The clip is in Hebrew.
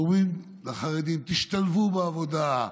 והם אומרים לחרדים: תשתלבו בעבודה,